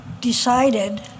decided